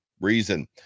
reason